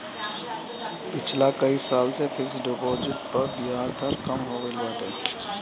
पिछला कई साल से फिक्स डिपाजिट पअ बियाज दर कम हो गईल बाटे